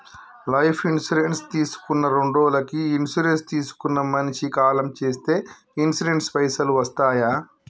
Life insurance తీసుకున్న రెండ్రోజులకి insurance తీసుకున్న మనిషి కాలం చేస్తే ఇన్సూరెన్స్ పైసల్ వస్తయా?